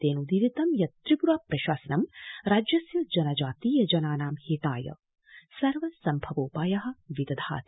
तेनोदीरितं यत् त्रिप्रा प्रशासनं राज्यस्य जनजातीय जनानां हिताय सर्व सम्भवोपाया विदधाति